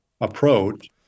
approach